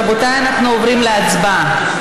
רבותיי, אנחנו עוברים להצבעה.